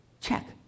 check